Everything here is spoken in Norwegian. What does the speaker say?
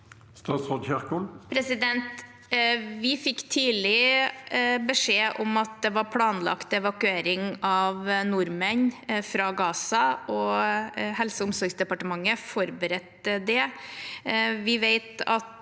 Ingvild Kjerkol Vi fikk tidlig beskjed om at det var planlagt evakuering av nordmenn fra Gaza. Helse- og omsorgsdepartementet forberedte det. Vi vet at